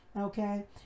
okay